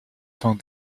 temps